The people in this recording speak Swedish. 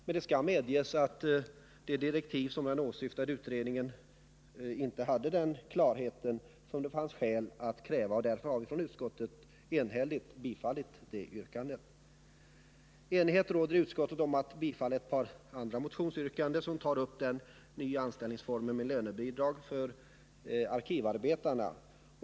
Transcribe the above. Men det skall medges att direktiven till den åsyftade utredningen inte hade den klarhet i texten som det fanns skäl att kräva, och därför har utskottet enhälligt tillstyrkt det yrkandet. Enighet råder i utskottet om att tillstyrka ett par andra motionsyrkanden, som tar upp den nya anställningsformen med lönebidrag till arkivarbetarna.